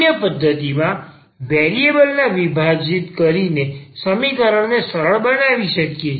અન્ય પદ્ધતિ માં વેરિએબલ ના વિભાજીત કરીને સમીકરણ ને સરળ બનાવી શકાય છે